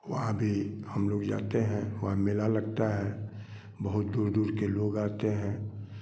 वहाँ भी हम लोग जाते हैं वहाँ मेला लगता है बहुत दूर दूर के लोग आते हैं